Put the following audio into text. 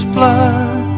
blood